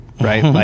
right